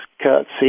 curtsy